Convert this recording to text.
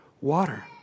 water